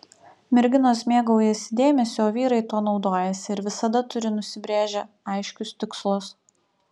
merginos mėgaujasi dėmesiu o vyrai tuo naudojasi ir visada turi nusibrėžę aiškius tikslus